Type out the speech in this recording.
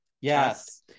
Yes